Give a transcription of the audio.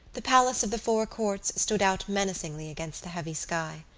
the palace of the four courts stood out menacingly against the heavy sky.